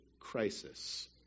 crisis